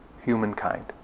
humankind